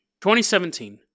2017